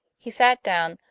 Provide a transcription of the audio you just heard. he sat down,